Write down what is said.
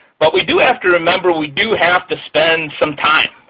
but we do have to remember we do have to spend some time.